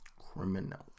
Criminal